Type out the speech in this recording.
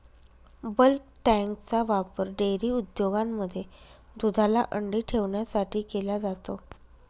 bulk टँकचा वापर dairy उद्योगांमध्ये दुधाला थंडी ठेवण्यासाठी केला जातो